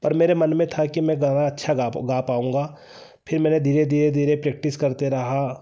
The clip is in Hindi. पर मेरे मन में था कि मैं गाना अच्छा गा पा गा पाऊँगा फिर मैंने धीरे धीरे प्रैक्टिस करते रहा